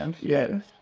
yes